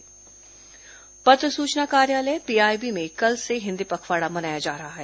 हिन्दी पखवाड़ा पत्र सूचना कार्यालय पीआईबी में कल से हिन्दी पखवाड़ा मनाया जा रहा है